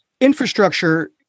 Infrastructure